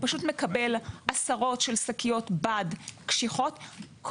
מקבל עשרות שקיות בד קשיחות,